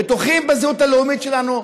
בטוחים בזהות הלאומית שלנו,